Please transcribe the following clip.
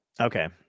okay